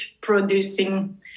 producing